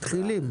מתחילים.